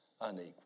unequal